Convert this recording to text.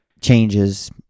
changes